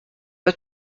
pas